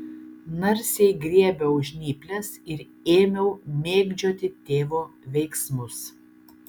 narsiai griebiau žnyples ir ėmiau mėgdžioti tėvo veiksmus